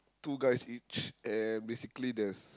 two guys each and basically the